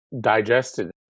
digested